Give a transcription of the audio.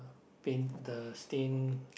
paint the stained